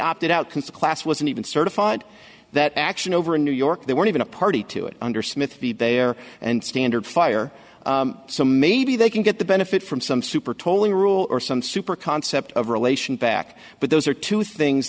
opted out consequence wasn't even certified that action over in new york they weren't even a party to it under smith v their and standard fire so maybe they can get the benefit from some super tolling rule or some super concept of relation back but those are two things